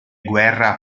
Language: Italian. guerra